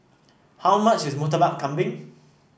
how much is Murtabak Kambing